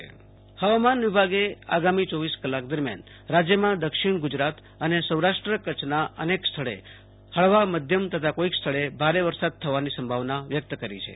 આશુતોષ અંતાણી વરસાદઃ હવામાન વિભાગે આગામી ચોવીસ કલાક દરમિયાન રાજ્યમાં દક્ષિણ ગુજરાત અને સૌરાષ્ટ્ર કચ્છના અનેક સ્થળે હળવા મધ્યમ તથા કોઈક સ્થળે ભારે વરસાદ થવાની સંભાવના વ્યક્ત કરી છે